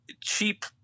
cheap